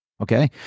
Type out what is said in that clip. Okay